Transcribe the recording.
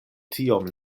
tiom